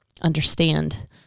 understand